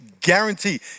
guarantee